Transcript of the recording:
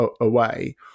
away